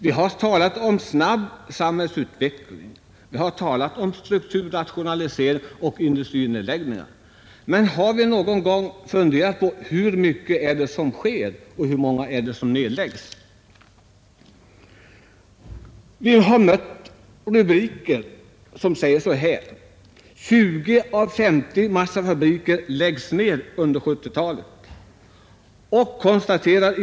Det har talats om snabb samhällsutveckling, strukturrationalisering och industrinedläggningar, men har vi någon gång funderat på hur mycket som sker och hur många som drabbas? Vi har mött rubriker som säger så här: 20 av 50 massafabriker läggs ner under 1970-talet.